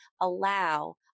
allow